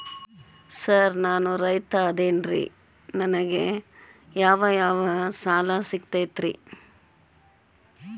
Sir ನಾನು ರೈತ ಅದೆನ್ರಿ ನನಗ ಯಾವ್ ಯಾವ್ ಸಾಲಾ ಸಿಗ್ತೈತ್ರಿ?